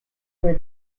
for